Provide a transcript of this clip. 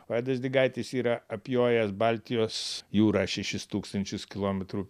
vaidas digaitis yra apjojęs baltijos jūrą šešis tūkstančius kilometrų